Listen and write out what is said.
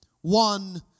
one